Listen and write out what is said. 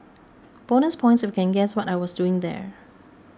bonus points if you can guess what I was doing there